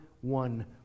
one